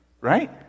Right